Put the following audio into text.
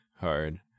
hard